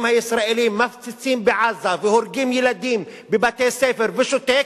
הישראליים מפציצים בעזה והורגים ילדים בבתי-ספר ושותק,